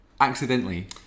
accidentally